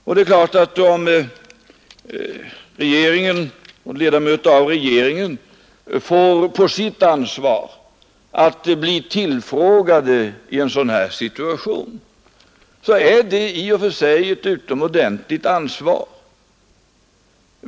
Om regeringen eller ledamöter av regeringen blir tillfrågade i en sådan här situation, innebär det naturligtvis i och för sig ett stort ansvar.